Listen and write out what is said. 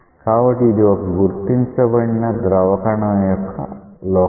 కాబట్టి ఇది ఒక గుర్తించబడిన ద్రవ కణం యొక్క లోకస్